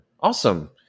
Awesome